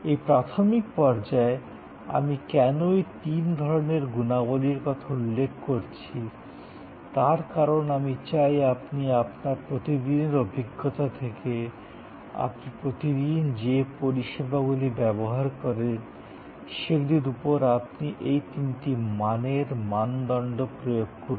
এই প্রাথমিক পর্যায়ে আমি কেন এই তিন ধরণের গুণাবলীর কথা উল্লেখ করছি তার কারণ আমি চাই আপনি আপনার প্রতিদিনের অভিজ্ঞতা থেকে আপনি প্রতিদিন যে পরিষেবাগুলি ব্যবহার করছেন সেগুলির উপর আপনি এই তিনটি মাত্রার মানদণ্ড প্রয়োগ করুন